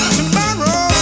tomorrow